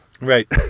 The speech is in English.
right